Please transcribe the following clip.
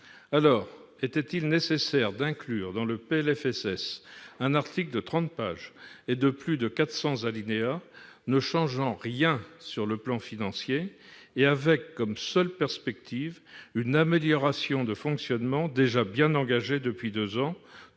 lors, était-il nécessaire d'inclure dans le PLFSS un article de 30 pages et de plus de 400 alinéas, ne changeant rien sur le plan financier et ayant pour seule perspective une amélioration de fonctionnement déjà bien engagée depuis deux ans ?